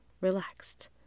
relaxed